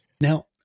Now